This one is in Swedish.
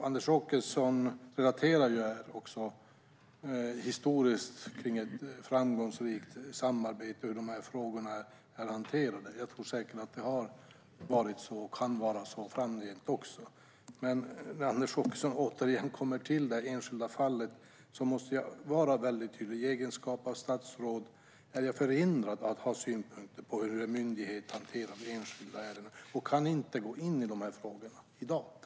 Anders Åkesson talar också om hur det har sett ut historiskt, med ett framgångsrikt samarbete kring hur frågorna hanterats. Jag tror säkert att det har varit så och att det kan vara så också framgent. Men när Anders Åkesson återigen tar upp till det enskilda fallet måste jag vara väldigt tydlig: I egenskap av statsråd är jag förhindrad att ha synpunkter på hur en myndighet hanterar enskilda ärenden, och jag kan inte gå in i dessa frågor i dag.